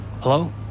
Hello